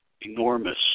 enormous